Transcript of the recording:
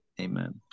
amen